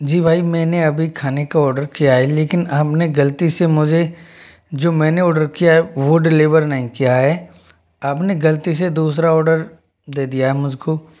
जी भाई मैंने अभी खाने का ऑर्डर किया है लेकिन हम ने ग़लती से मुझे जो मैंने ऑर्डर किया वो डिलीवर नहीं किया है आपने ग़लती से दूसरा ऑर्डर दे दिया है मुझ को